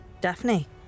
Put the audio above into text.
Daphne